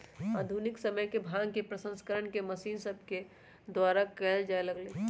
आधुनिक समय में भांग के प्रसंस्करण मशीन सभके द्वारा कएल जाय लगलइ